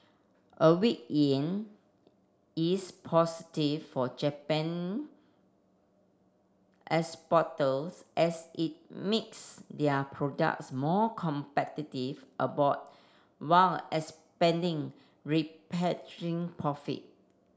a weak yen is positive for Japan exporters as it makes their products more competitive abroad while expanding profit